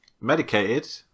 Medicated